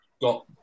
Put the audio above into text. got